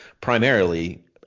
primarily